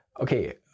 okay